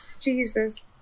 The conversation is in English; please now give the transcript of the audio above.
Jesus